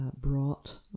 brought